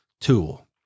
tool